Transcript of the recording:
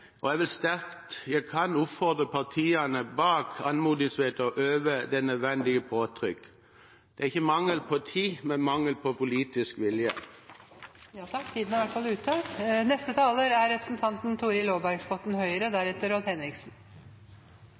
Jeg vil så sterkt jeg kan, oppfordre partiene bak anmodningsvedtaket til å øve det nødvendige påtrykk. Det er ikke mangel på tid, men mangel på politisk